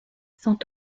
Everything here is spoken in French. sont